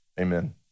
Amen